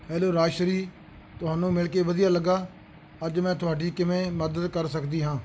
hello Rajshree ਤੁਹਾਨੂੰ ਮਿਲਕੇ ਵਧੀਆ ਲੱਗਿਆ ਅੱਜ ਮੈਂ ਤੁਹਾਡੀ ਕਿਵੇਂ ਮਦਦ ਕਰ ਸਕਦੀ ਹਾਂ